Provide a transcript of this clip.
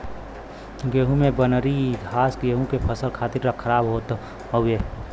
गेंहू में बनरी घास गेंहू के फसल खातिर खराब होत हउवे